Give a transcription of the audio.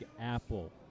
Apple